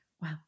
Wow